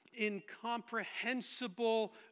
incomprehensible